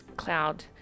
Cloud